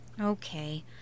Okay